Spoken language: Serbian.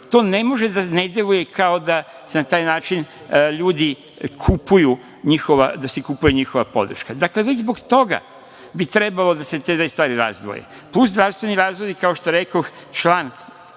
To ne može da ne deluje kao da se na taj način ljudi kupuju, da se kupuje njihova podrška. Dakle, već zbog toga bi trebalo da se te dve stvari razdvoje, plus zdravstveni razlozi, kao što rekoh, član